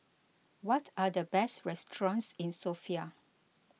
what are the best restaurants in Sofia